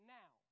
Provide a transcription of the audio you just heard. now